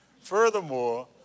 Furthermore